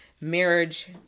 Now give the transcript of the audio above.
marriage